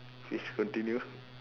please continue